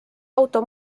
auto